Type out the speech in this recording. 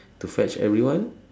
to fetch everyone